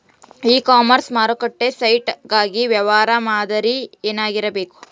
E commerce ಮಾರುಕಟ್ಟೆ site ಗಾಗಿ ವ್ಯವಹಾರ ಮಾದರಿ ಏನಾಗಿರಬೇಕು?